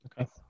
Okay